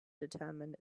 determine